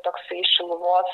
toksai šilumos